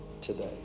today